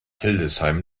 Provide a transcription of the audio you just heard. hildesheim